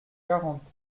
quarante